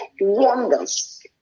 wonders